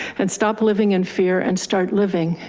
and stop living in fear and start living.